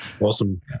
Awesome